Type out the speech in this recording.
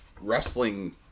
wrestling